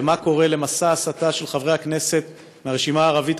מה קורה במסע הסתה של חברי הכנסת מהרשימה הערבית